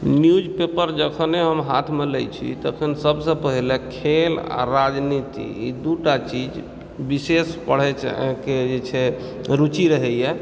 newspaper जखने हम हाथ मे लै छी तखन सबसे पहिले खेल अऽ राजनीति ई दू टा चीज विशेष पढ़े के जेइछे रुचि रहेए